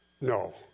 No